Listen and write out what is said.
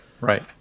Right